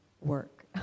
work